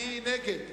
מי נגד?